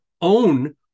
own